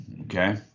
okay